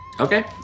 Okay